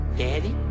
Daddy